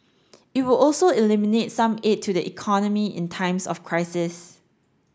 it would also eliminate some aid to the economy in times of crisis